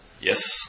Yes